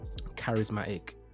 charismatic